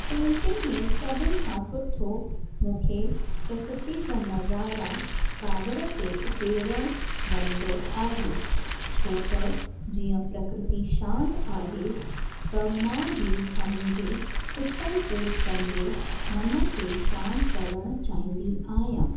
painting में सभिनि खां सुठो मूंखे प्रकृति जा नज़ारा काॻर ते उकेरणु वणंदो आहे छो त जीअं प्रकृति शांत आहे त मां बि पंहिंजे उछल कूद कंदे मन खे शांत करणु चाहींदी आहियां